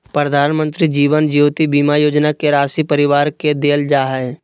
प्रधानमंत्री जीवन ज्योति बीमा योजना के राशी परिवार के देल जा हइ